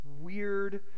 weird